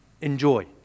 Enjoy